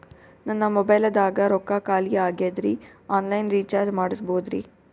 ನನ್ನ ಮೊಬೈಲದಾಗ ರೊಕ್ಕ ಖಾಲಿ ಆಗ್ಯದ್ರಿ ಆನ್ ಲೈನ್ ರೀಚಾರ್ಜ್ ಮಾಡಸ್ಬೋದ್ರಿ?